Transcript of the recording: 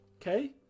okay